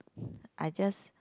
I just